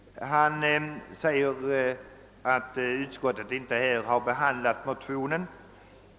Han gör gällande att utskottet inte har behandlat motionen.